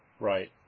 Right